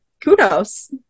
kudos